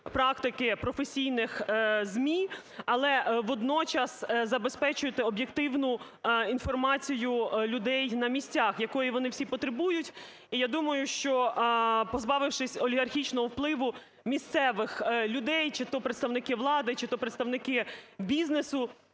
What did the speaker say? практики професійних ЗМІ, але водночас забезпечувати об'єктивну інформацію людей на місцях, якої вони всі потребують. І я думаю, що позбавившись олігархічного впливу місцевих людей чи-то представники влади, чи-то представники бізнесу,